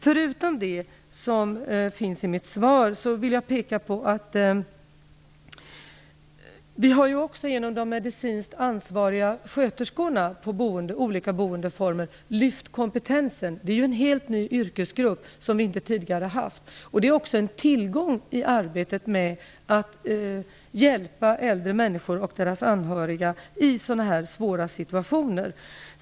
Förutom det som finns i mitt svar vill jag peka på att vi också genom de medicinskt ansvariga sköterskorna inom de olika boendeformerna har lyft kompetensen. Det är ju en helt ny yrkesgrupp, som vi inte tidigare har haft. Det är också en tillgång i arbetet med att hjälpa äldre människor och deras anhöriga i sådana här svåra situationer.